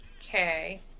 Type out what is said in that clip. Okay